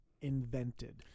invented